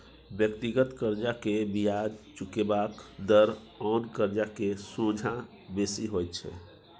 व्यक्तिगत कर्जा के बियाज चुकेबाक दर आन कर्जा के सोंझा बेसी होइत छै